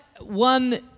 one